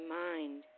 mind